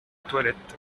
toilette